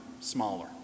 smaller